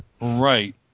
Right